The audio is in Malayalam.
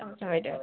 താമസം വരുമോ